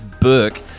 Burke